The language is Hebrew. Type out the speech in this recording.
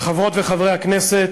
חברות וחברי הכנסת,